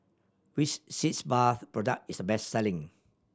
which Sitz Bath product is the best selling